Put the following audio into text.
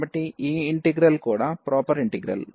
కాబట్టి ఈ ఇంటిగ్రల్ కూడా ప్రొపర్ ఇంటిగ్రల్